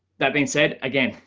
that being said, again,